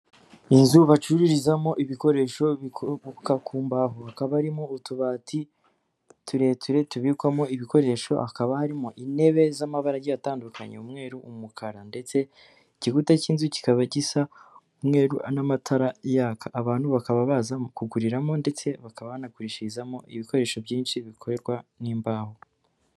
Inzu bacururizamo ibikoresho bikomoka ku mbaho, hakaba harimo utubati tureture tubikwamo ibikoresho, hakaba harimo intebe z'amabara agiye atandukanye; umweru, umukara, ndetse igikuta cy'inzu kikaba gisa umweru n'amatara yaka. Abantu bakaba baza kuguriramo ndetse bakaba banagurishirizamo ibikoresho byinshi bikorerwa n'imbaho.